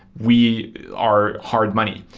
we are hard money.